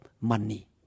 money